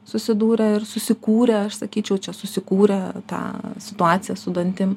susidūrę ir susikūrę aš sakyčiau čia susikūrę tą situaciją su dantim